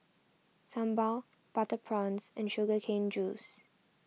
Sambal Butter Prawns and Sugar Cane Juice